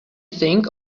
think